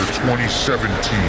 2017